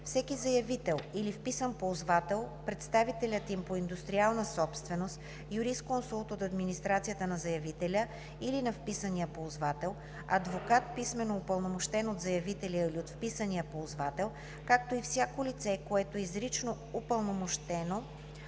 Всеки заявител или вписан ползвател, представителят им по индустриална собственост, юрисконсулт от администрацията на заявителя или на вписания ползвател, адвокат, писмено упълномощен от заявителя или от вписания ползвател, както и всяко лице, което е изрично упълномощено